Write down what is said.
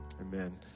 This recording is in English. Amen